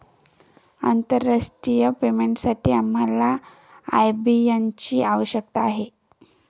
आंतरराष्ट्रीय पेमेंटसाठी आम्हाला आय.बी.एन ची आवश्यकता आहे